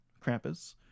Krampus